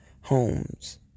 homes